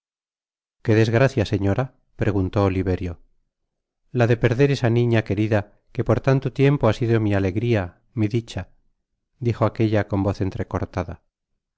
qué desgracia señora preguntó oliverio la de perder esa uiña querida que por ianto tiempo ha sido mi alegria mi dicha dijo aquella con voz entrecortada